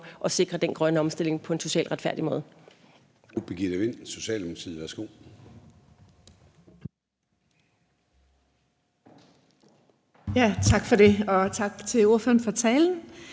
at sikre den grønne omstilling på en socialt retfærdig måde.